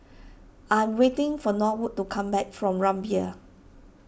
I'm waiting for Norwood to come back from Rumbia